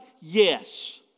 Yes